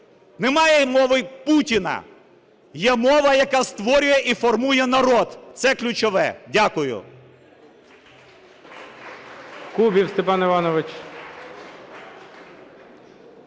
немає мови Путіна – є мова, яка створює і формує народ. Це ключове. Дякую.